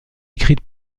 écrites